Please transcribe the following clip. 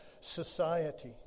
society